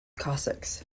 cossacks